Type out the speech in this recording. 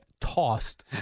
tossed